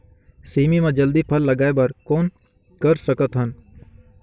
सेमी म जल्दी फल लगाय बर कौन कर सकत हन?